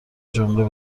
جمله